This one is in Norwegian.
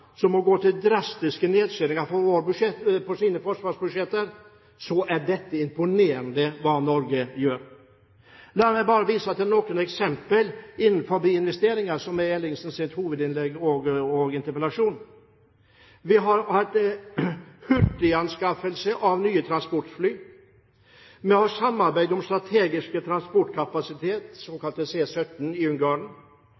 som må gå til drastiske nedskjæringer på sine forsvarsbudsjetter, er det imponerende hva Norge gjør. La meg bare vise til noen eksempler innen investeringer – noe Ellingsen tar opp i sin interpellasjon: Vi har hatt hurtiganskaffelse av nye transportfly. Vi har samarbeidet om strategiske